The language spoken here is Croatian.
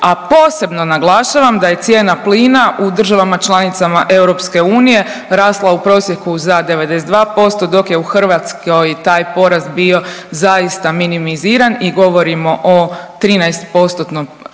A posebno naglašavam da je cijena plina u državama članicama Europske unije rasla u prosjeku za 92%, dok je u Hrvatskoj taj porast bio zaista minimiziran i govorimo o 13%-tnom